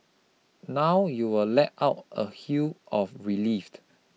now you will let out a of relief